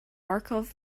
markov